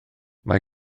mae